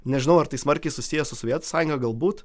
nežinau ar tai smarkiai susiję su sovietų sąjunga galbūt